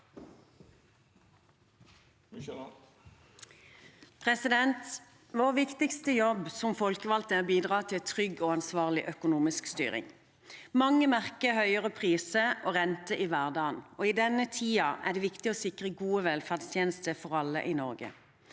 Vår viktigste jobb som folkevalgte er å bidra til trygg og ansvarlig økonomisk styring. Mange merker høyere priser og renter i hverdagen, og i denne tiden er det viktig å sikre gode velferdstjenester for alle i Norge.